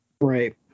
right